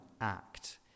act